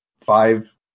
five